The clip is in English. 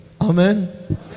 Amen